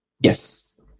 Yes